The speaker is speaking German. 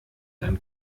dann